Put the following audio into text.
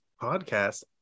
podcast